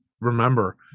remember